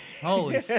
Holy